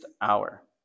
hour